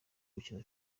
gukina